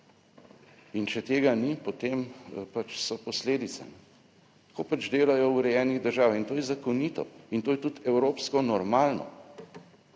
in če tega ni, potem so posledice. Tako delajo v urejenih državah in to je zakonito, in to je tudi evropsko normalno